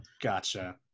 Gotcha